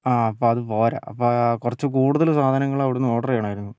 ആ അപ്പോൾ അതു പോര അപ്പോൾ കുറച്ചു കൂടുതൽ സാധനങ്ങൾ അവിടെ നിന്ന് ഓർഡർ ചെയ്യണമായിരുന്നു